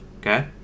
okay